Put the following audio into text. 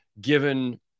given